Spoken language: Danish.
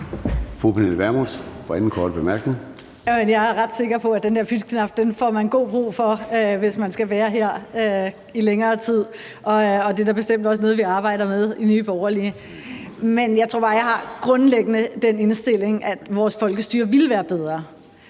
Pernille Vermund (NB): Jeg er ret sikker på, at man får god brug for den der pytknap, hvis man skal være her i længere tid. Det er bestemt også noget, vi arbejder med i Nye Borgerlige. Men jeg tror bare, at jeg grundlæggende har den indstilling, at vores folkestyre ville være bedre,